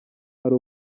hari